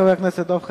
חבר הכנסת דב חנין,